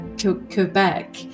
Quebec